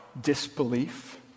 disbelief